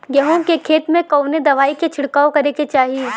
गेहूँ के खेत मे कवने दवाई क छिड़काव करे के चाही?